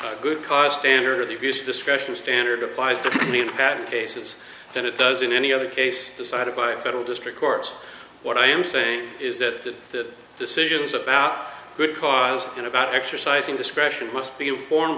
good cause standard or the abuse of discretion standard applies to me in cases that it does in any other case decided by a federal district court what i am saying is that decisions about good cause and about exercising discretion must be informed